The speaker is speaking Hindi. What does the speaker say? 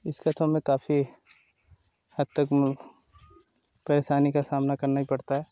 इस कथन में काफ़ी हद तक परेशानी का सामना पड़ता है